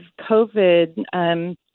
COVID